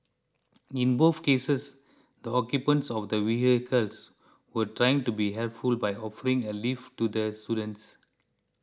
in both cases the occupants of the vehicles were trying to be helpful by offering a lift to the students